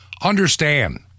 Understand